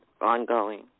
ongoing